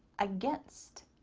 against.